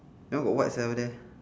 that one got what sia over there